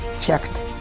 checked